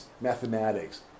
mathematics